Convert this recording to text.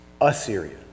Assyria